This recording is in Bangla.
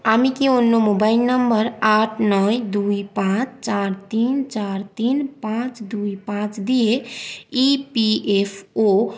আমি কি অন্য মোবাইল নম্বর আট নয় দুই পাঁচ চার তিন চার তিন পাঁচ দুই পাঁচ দিয়ে ইপিএফও